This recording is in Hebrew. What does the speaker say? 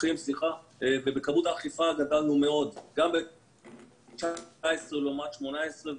ובכמות האכיפה גדלנו מאוד גם ב-2019 לעומת 2018,